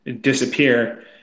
disappear